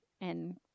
and-